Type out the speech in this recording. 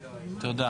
תודה.